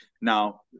Now